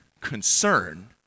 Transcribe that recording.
concern